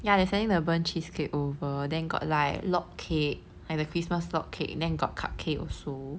ya they're sending the burnt cheesecake over then got like log cake like the christmas log cake then got cupcake also